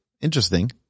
interesting